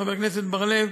חבר הכנסת בר-לב,